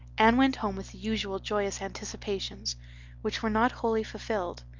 anne went home with the usual joyous anticipations which were not wholly fulfilled.